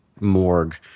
morgue